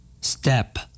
Step